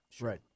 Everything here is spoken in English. Right